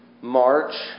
March